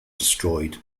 destroyed